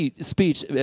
speech